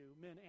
men